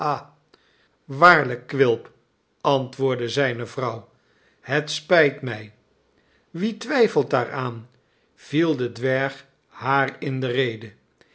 waarlijk quilp i antwoordde zijne vrouw het spijt mij wie twijfelt daaraan viel de dwerg haar in de rede